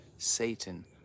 satan